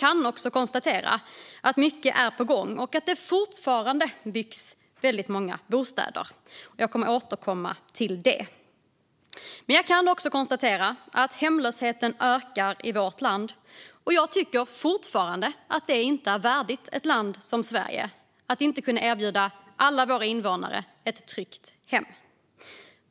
Jag kan konstatera att mycket är på gång och att det fortfarande byggs väldigt många bostäder. Det kommer jag att återkomma till. Men jag kan också konstatera att hemlösheten ökar i vårt land, och jag tycker fortfarande att det inte är värdigt ett land som Sverige att inte kunna erbjuda alla våra invånare ett tryggt hem.